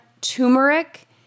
turmeric